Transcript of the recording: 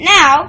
Now